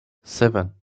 seven